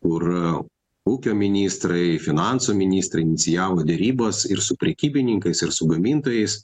kur ūkio ministrai finansų ministrai inicijavo derybos ir su prekybininkais ir su gamintojais